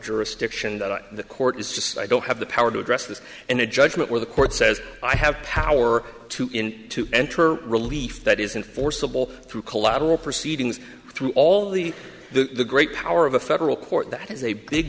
jurisdiction that the court is just i don't have the power to address this and a judgment where the court says i have power to him to enter relief that isn't forcible through collateral proceedings through all the the great power of a federal court that